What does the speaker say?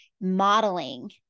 modeling